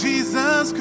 Jesus